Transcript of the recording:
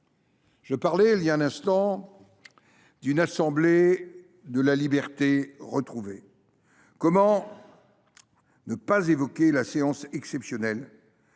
Je parlais d’une assemblée de la liberté retrouvée. Comment ne pas évoquer la séance exceptionnelle